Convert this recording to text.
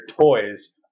toys